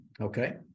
Okay